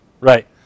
Right